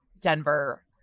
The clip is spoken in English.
Denver